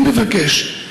אני מבקש,